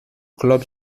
club